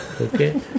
Okay